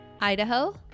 Idaho